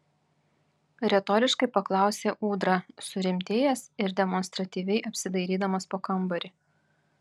retoriškai paklausė ūdra surimtėjęs ir demonstratyviai apsidairydamas po kambarį